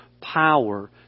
power